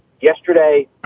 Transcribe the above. yesterday